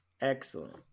excellent